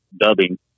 dubbing